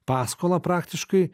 paskolą praktiškai